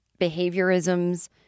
behaviorisms